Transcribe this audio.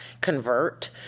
convert